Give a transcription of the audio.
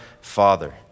Father